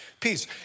peace